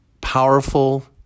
powerful